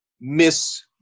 miss